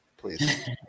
please